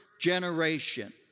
generation